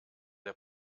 der